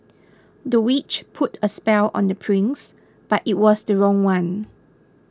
the witch put a spell on the prince but it was the wrong one